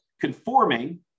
conforming